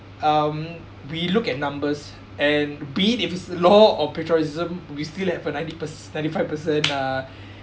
um we look at numbers and be it if it's the law or patriotism we still have a ninety perc~ ninety-five percent uh